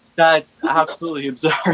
that's absolutely absurd.